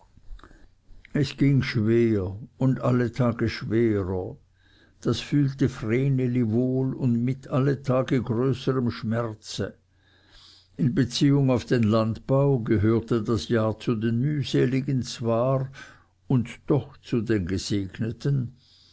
es ging schwer und alle tage schwerer das fühlte vreneli wohl und mit alle tage größerem schmerze in beziehung auf den landbau gehörte das jahr zu den mühseligen zwar und doch zu den gesegneten